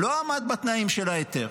לא עמד בתנאים של ההיתר.